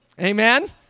Amen